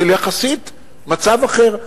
של יחסית מצב אחר.